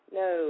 no